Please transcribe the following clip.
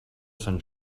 sant